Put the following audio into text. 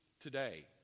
today